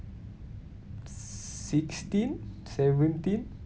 sixteen seventeen